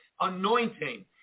anointing